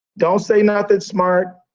don't say nothing smart.